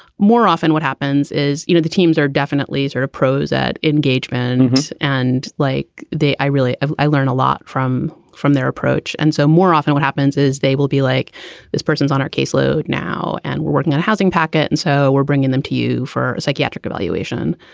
more often what happens is, you know, the teams are definitely are pros at engagement. and like they i really ah i learn a lot from from their approach. and so more often what happens is they will be like this person's on our caseload now and we're working on a housing packet and so we're bringing them to you for psychiatric evaluation.